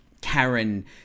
Karen